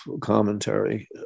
commentary